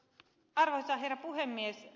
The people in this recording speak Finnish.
arvoisa herra puhemies